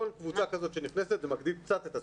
כל קבוצה כזאת שנכנסת, זה מגדיל קצת את הסיפור.